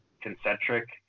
concentric